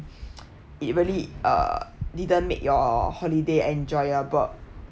it really uh didn't make your holiday enjoyable